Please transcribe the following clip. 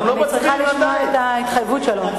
אנחנו, אני צריכה לשמוע את ההתחייבות שלו.